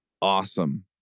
awesome